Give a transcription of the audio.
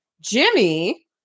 Jimmy